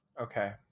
Okay